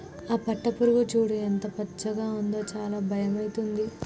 ఆ పట్టుపురుగు చూడు ఎంత పచ్చగా ఉందో చాలా భయమైతుంది